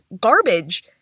garbage